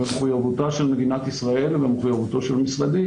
ומחויבותה של מדינת ישראל ומחויבותו של משרדי,